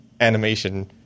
animation